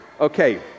Okay